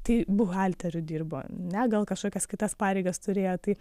tai buhalteriu dirbo ne gal kažkokias kitas pareigas turėjo tai